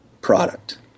product